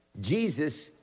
Jesus